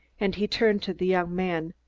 and he turned to the young man.